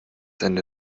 ende